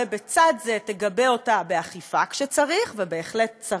ובצד זה תגבה אותה באכיפה כשצריך ובהחלט צריך,